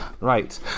Right